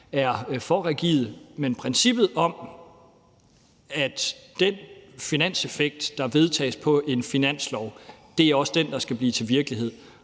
er for rigide. Men vi har princippet om, at den finanseffekt, der vedtages på en finanslov, også er den, der skal blive til virkelighed,